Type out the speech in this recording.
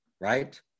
right